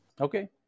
Okay